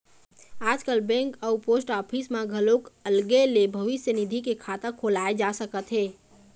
आजकाल बेंक अउ post office म घलोक अलगे ले भविस्य निधि के खाता खोलाए जा सकत हे